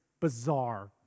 bizarre